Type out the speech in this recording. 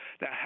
Now